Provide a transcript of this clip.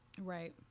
Right